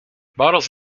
bottles